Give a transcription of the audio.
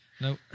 Nope